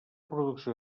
producció